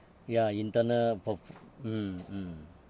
ya internal fo~ f~ mm mm